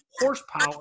horsepower